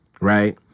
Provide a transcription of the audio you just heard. right